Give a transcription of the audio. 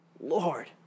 Lord